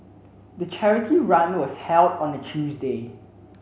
the charity run was held on a Tuesday